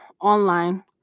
online